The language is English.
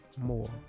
more